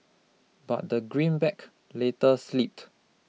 but the greenback later slipped